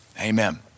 Amen